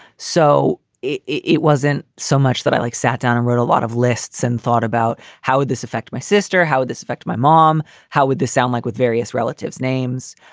so it it wasn't so much that i like sat down and wrote a lot of lists and thought about how would this affect my sister? how would this affect my mom? how would this sound like with various relatives names?